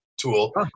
tool